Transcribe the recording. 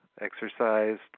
exercised